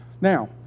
Now